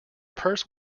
purse